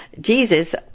Jesus